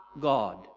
God